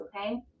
Okay